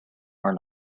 are